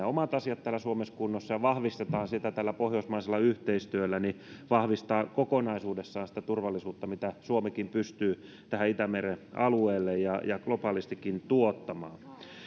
omat asiat täällä suomessa kunnossa ja vahvistamme sitä tällä pohjoismaisella yhteistyöllä vahvistaa kokonaisuudessaan sitä turvallisuutta mitä suomikin pystyy tähän itämeren alueelle ja ja globaalistikin tuottamaan